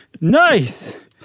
Nice